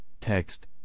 text